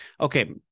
Okay